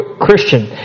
Christian